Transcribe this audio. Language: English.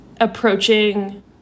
approaching